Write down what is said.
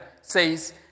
says